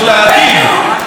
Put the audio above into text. אבל, כן, את יודעת מה?